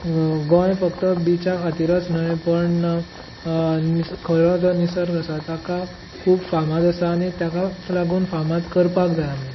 गोंय फक्त बिचा खातीरच न्हय पण खरो जो निसर्ग आसा ताका खूब फामाद आसा आनी ताकाच लागून फामाद करपाक जाय आमी